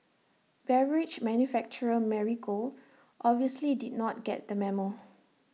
beverage manufacturer Marigold obviously did not get the memo